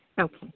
Okay